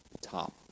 top